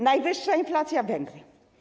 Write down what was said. Najwyższa inflacja - Węgry.